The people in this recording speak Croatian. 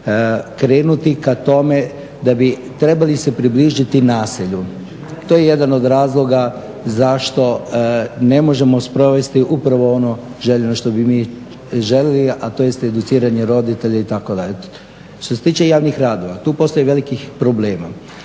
krenuti ka tome da bi trebali se približiti naselju. To je jedan od razloga zašto ne možemo sprovesti upravo ono željeno što bi mi željeli a to jest educiranje roditelja itd. Što se tiče javnih radova, tu postoje velikih problema